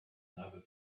another